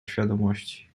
świadomości